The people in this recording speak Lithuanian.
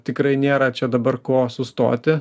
tikrai nėra čia dabar ko sustoti